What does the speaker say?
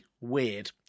Weird